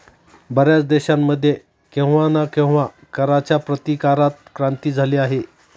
बर्याच देशांमध्ये केव्हा ना केव्हा कराच्या प्रतिकारात क्रांती झाली आहे